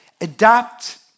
adapt